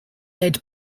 led